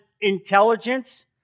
intelligence